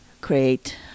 create